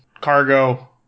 Cargo